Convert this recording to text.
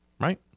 right